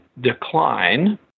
decline